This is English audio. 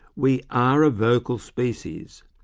we are a vocal species,